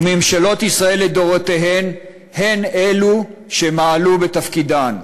וממשלות ישראל לדורותיהן הן שמעלו בתפקידן.